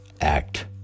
act